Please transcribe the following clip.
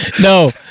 No